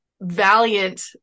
valiant